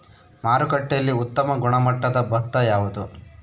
ಮಾರುಕಟ್ಟೆಯಲ್ಲಿ ಉತ್ತಮ ಗುಣಮಟ್ಟದ ಭತ್ತ ಯಾವುದು?